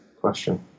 question